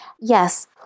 Yes